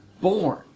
born